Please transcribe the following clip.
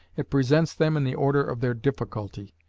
it presents them in the order of their difficulty.